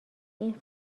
این